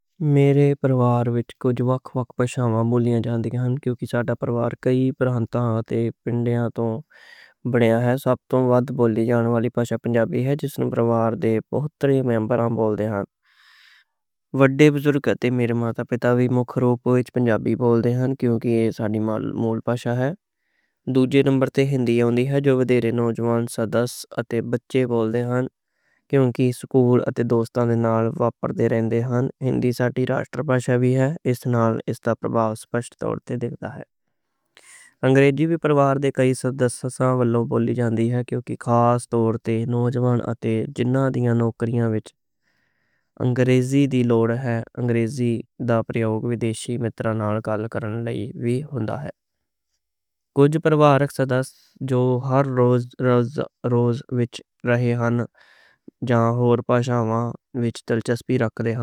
میرے پروار وِچ وکھ وکھ بھاشا بولیاں جاندیاں ہن کیوں کہ ساڈا پروار کئی پرانتھاں اتے پنڈیاں توں بلدا ہے۔ سب توں وڈّی بولی جانوں والی پنجابی ہے، جس نوں پروار دے بہت سارے ممبران بولدے ہن، اتے اوہ دے بزرگ اتے میرے ماتا پِتا وی مکھ طور تے پنجابی بولدے ہن۔ کیوں کہ ایہ ساڈی ماں بولی ہے۔ دوجے نمبر تے ہندی یا اردو جو وڈّے نوجوان ساڈے نال دے بچے بولدے ہن۔ انگریزی وی پروار دے کئی سدسیاں والوں بولی جاندی ہے کیوں کہ خاص طور تے نوجوان اتے جیہڑے نوکریاں وِچ انگریزی دی لوڑ ہے، انگریزی دا پرایوگ ودیشی متران نال گال کرن لئی وی ہوندا ہے۔ کجھ پروار دے اگلے سدس جو ہر روز روز وِچ رہندے نیں یا ہور بھاشا وِچ دلچسپی رکھدے نیں۔